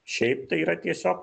šiaip tai yra tiesiog